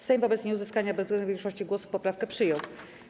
Sejm wobec nieuzyskania bezwzględnej większości głosów poprawkę przyjął.